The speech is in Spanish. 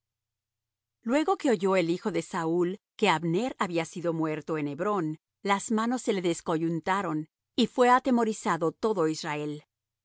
luego que oyó el hijo de saúl que abner había sido muerto en hebrón las manos se le descoyuntaron y fué atemorizado todo israel